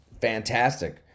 fantastic